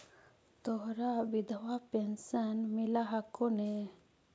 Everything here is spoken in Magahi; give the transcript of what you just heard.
तोहरा विधवा पेन्शन मिलहको ने?